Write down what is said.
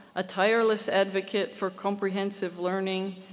a tireless advocate for comprehensive learning,